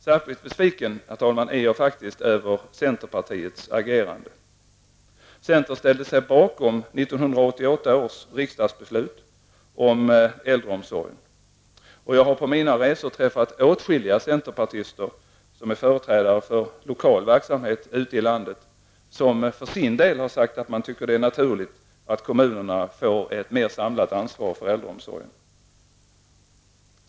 Särskilt besviken är jag faktiskt, herr talman, över centerpartiets agerande. Centerpartiet ställde sig bakom 1988 års riksdagsbeslut om äldreomsorgen. Jag har på mina resor ute i landet träffat åtskilliga centerpartister, som varit representerat lokal verksamhet och som för sin del har sagt att de tycker att det är naturligt att kommunerna får ett mer samlat ansvar för äldreomsorgen.